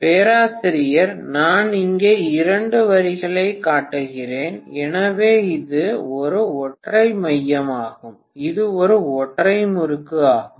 மாணவர் 820 பேராசிரியர் நான் இங்கே இரண்டு வரிகளைக் காட்டுகிறேன் எனவே இது ஒரு ஒற்றை மையமாகும் இது ஒரு ஒற்றை முறுக்கு ஆகும்